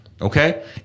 Okay